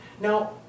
Now